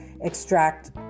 extract